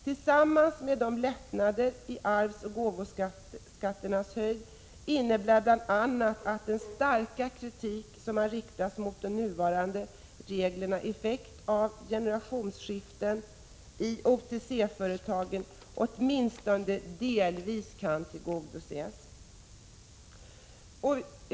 Tillsammans med lättnader i arvsoch gåvobeskattningen innebär detta bl.a. att den starka kritik som riktats mot de nuvarande reglernas effekter vid generationsskiften i OTC-företagen åtminstone delvis kan tillgodoses.